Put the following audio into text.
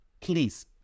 Please